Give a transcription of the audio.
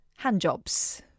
Handjobs